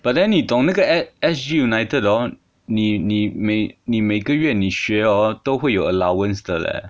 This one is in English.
but then 你懂那个 S_G united hor 你你每你每个月你学 hor 都会有 allowance 的 leh